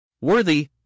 Worthy